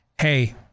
hey